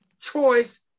Choice